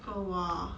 oh !wow!